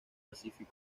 pacific